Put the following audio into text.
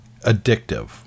addictive